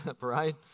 right